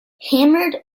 hammered